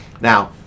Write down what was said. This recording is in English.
Now